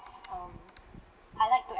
um I like to